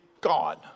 gone